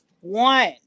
One